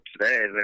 today